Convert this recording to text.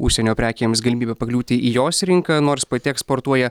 užsienio prekėms galimybę pakliūti į jos rinką nors pati eksportuoja